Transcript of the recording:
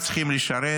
כולם צריכים לשרת,